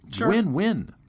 Win-win